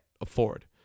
afford